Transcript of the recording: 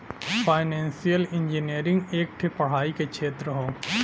financial engineering एक ठे पढ़ाई के क्षेत्र हौ